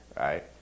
right